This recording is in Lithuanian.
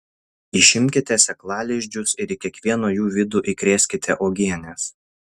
išimkite sėklalizdžius ir į kiekvieno jų vidų įkrėskite uogienės